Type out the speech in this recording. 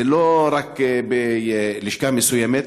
זה לא רק בלשכה מסוימת.